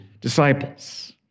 disciples